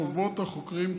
חובות החוקרים.